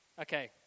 Okay